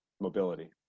mobility